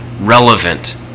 relevant